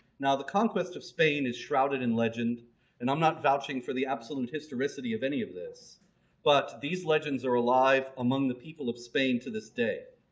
now the conquest of spain is shrouded in legend and i'm not vouching for the absolute historicity of any of this but these legends are alive among the people of spain to this day.